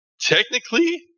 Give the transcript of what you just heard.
Technically